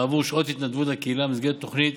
בעבור שעות התנדבות לקהילה במסגרת תוכנית